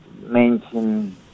mention